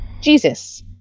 Jesus